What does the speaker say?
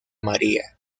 maría